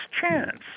chance